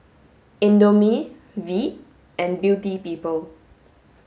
Indomie Veet and Beauty People